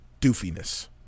doofiness